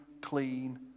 clean